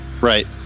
right